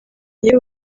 iyo